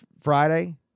Friday